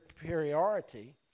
superiority